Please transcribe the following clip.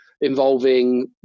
involving